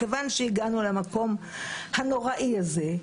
מכיוון שהגענו למקום הנוראי הזה,